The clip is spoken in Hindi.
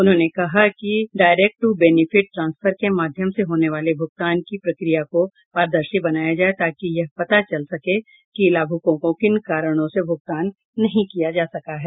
उन्होंने कहा कि डायरेक्ट टू बेनिफिट ट्रांसफर के माध्यम से होने वाले भूगतान की प्रक्रिया को पारदर्शी बनाया जाये ताकि यह पता चल सके कि लाभुकों को किन कारणों से भगुतान नहीं किया जा सका है